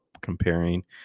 comparing